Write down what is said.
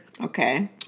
Okay